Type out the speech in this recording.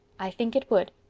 i think it would,